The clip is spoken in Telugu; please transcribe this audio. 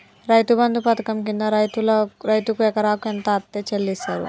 రైతు బంధు పథకం కింద రైతుకు ఎకరాకు ఎంత అత్తే చెల్లిస్తరు?